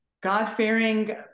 God-fearing